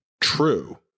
true